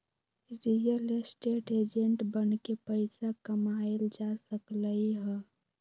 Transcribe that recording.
real estate agent बनके पइसा कमाएल जा सकलई ह